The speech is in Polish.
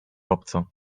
obco